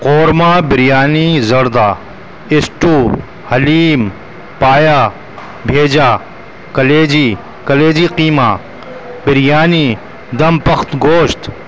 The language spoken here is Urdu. قورمہ بریانی زردہ اسٹو حلیم پایا بھیجا کلیجی کلیجی قیمہ بریانی دمپخت گوشت